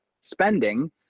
spending